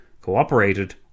cooperated